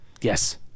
Yes